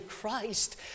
Christ